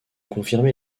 confirmer